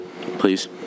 please